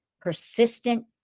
persistent